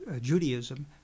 Judaism